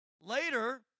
Later